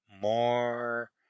more